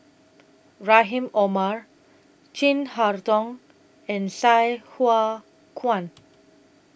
Rahim Omar Chin Harn Tong and Sai Hua Kuan